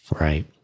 Right